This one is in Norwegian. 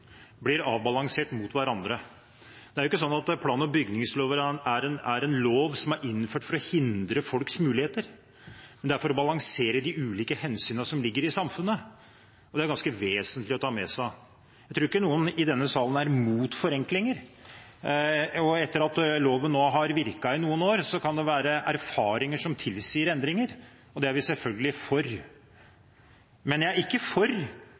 blir balansert mot hverandre. Det er ikke slik at plan- og bygningsloven er en lov som er innført for å hindre folks muligheter. Den er til for å balansere de ulike hensynene som ligger i samfunnet. Det er ganske vesentlig å ta med seg. Jeg tror ikke noen i denne salen er imot forenklinger. Etter at loven nå har virket i noen år, kan det være erfaringer som tilsier behov for endringer. Det er vi selvfølgelig for. Men jeg er ikke for